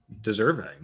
deserving